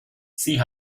sie